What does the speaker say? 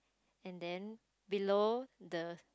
and then below the